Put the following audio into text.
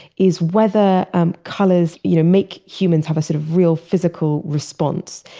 is whether ah colors you know make humans have a sort of real physical response.